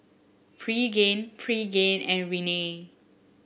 Pregain Pregain and Rene